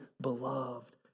beloved